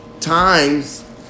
times